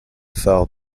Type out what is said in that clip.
phare